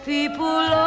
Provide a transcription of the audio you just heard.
People